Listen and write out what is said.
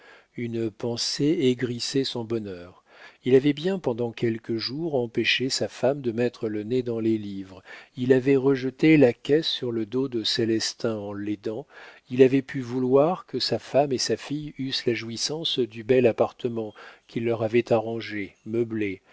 une pensée aigrissait son bonheur il avait bien pendant quelques jours empêché sa femme de mettre le nez dans les livres il avait rejeté la caisse sur le dos de célestin en l'aidant il avait pu vouloir que sa femme et sa fille eussent la jouissance du bel appartement qu'il leur avait arrangé meublé